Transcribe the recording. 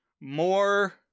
more